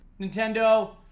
Nintendo